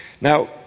Now